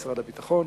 משרד הביטחון,